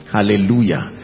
Hallelujah